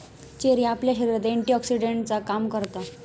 cherry आपल्या शरीरात एंटीऑक्सीडेंटचा काम करता